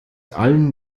allen